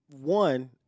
one